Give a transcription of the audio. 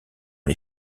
les